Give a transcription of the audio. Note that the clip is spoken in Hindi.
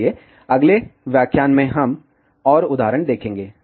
इसलिए अगले व्याख्यान में हम और उदाहरण देखेंगे